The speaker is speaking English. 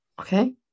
Okay